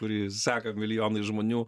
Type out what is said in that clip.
kurį seka milijonai žmonių